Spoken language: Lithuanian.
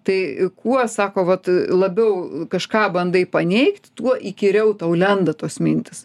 tai kuo sako vat labiau kažką bandai paneigt tuo įkyriau tau lenda tos mintys